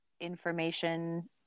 information